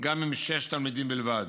גם עם שישה תלמידים בלבד.